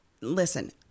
Listen